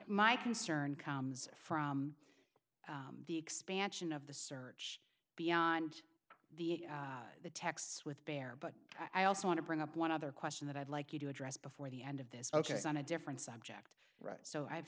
my concern comes from the expansion of the search beyond the texts with bear but i also want to bring up one other question that i'd like you to address before the end of this on a different subject right so i have